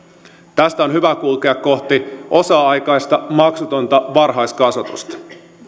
tästä on hyvä kulkea kohti osa aikaista maksutonta varhaiskasvatusta